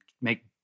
make